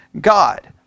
God